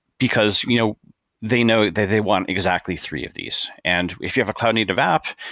because you know they know they they want exactly three of these. and if you have a cloud-native app,